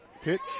Pitch